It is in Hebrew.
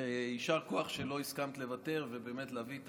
יישר כוח על כך שלא הסכמת לוותר ובאמת להביא את